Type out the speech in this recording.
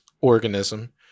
organism